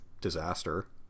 disaster